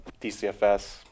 DCFS